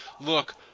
look